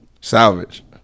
Salvage